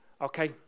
Okay